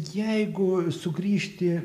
jeigu sugrįžti